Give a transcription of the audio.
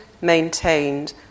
maintained